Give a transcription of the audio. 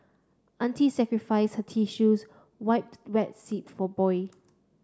auntie sacrifices her tissue wipe wet seat for boy